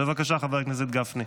בבקשה, חבר הכנסת גפני,